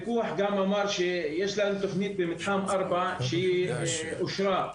הפיקוח אמר שיש להם תכנית במתחם ארבע שהיא אושרה.